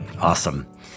Awesome